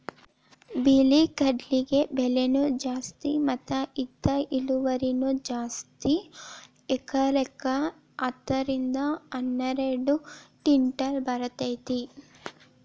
ಬಿಳಿ ಕಡ್ಲಿಗೆ ಬೆಲೆನೂ ಜಾಸ್ತಿ ಮತ್ತ ಇದ ಇಳುವರಿನೂ ಜಾಸ್ತಿ ಎಕರೆಕ ಹತ್ತ ರಿಂದ ಹನ್ನೆರಡು ಕಿಂಟಲ್ ಬರ್ತೈತಿ